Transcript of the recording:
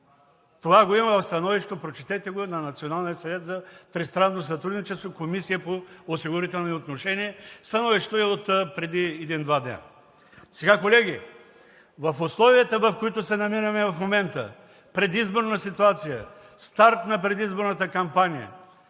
Това го има в становището на Националния съвет за тристранно сътрудничество, прочетете го, Комисия по осигурителни отношения. Становището е отпреди един-два дни. Колеги, условията, в които се намираме в момента –предизборна ситуация, старт на предизборната кампания.